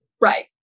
Right